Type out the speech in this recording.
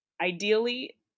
Ideally